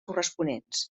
corresponents